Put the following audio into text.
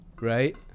Right